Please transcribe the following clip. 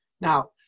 Now